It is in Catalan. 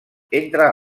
entre